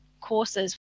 courses